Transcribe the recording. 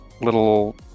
little